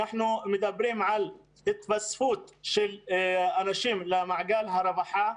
אנחנו מדברים על התווספות אנשים למעגל הרווחה.